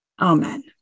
Amen